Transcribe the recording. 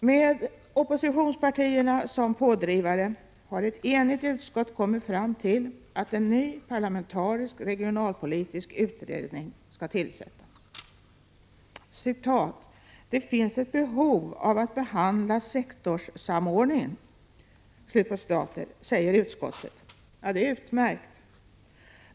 Med oppositionspartierna som pådrivare har ett enigt utskott kommit fram till att en ny parlamentarisk regionalpolitisk utredning skall tillsättas. ”Det finns också ett behov av att behandla sektorssamordningen”, säger utskottet. Det är utmärkt.